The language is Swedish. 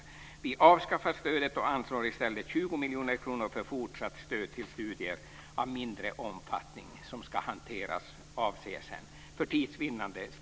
Vi vill avskaffa stödet och i stället anslå För tids vinnande stannar jag här. Tack för ordet!